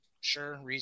sure